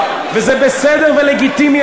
וזה בסדר ולגיטימי,